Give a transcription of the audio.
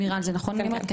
מיראל, זה נכון אני אומרת?